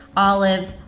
olives,